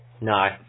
No